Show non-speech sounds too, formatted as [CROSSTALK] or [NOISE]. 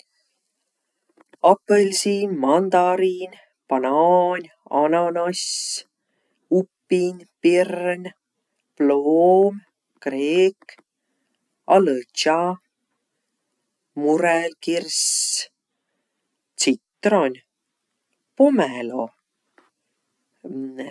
Apõlsiin, mandariin, banaan, ananass, upin, pirn, pluum, kriik, alõtša, murõl, kirss, tsitron, pomelo. [HESITATION]